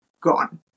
gone